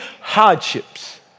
hardships